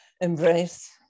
embrace